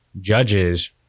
judges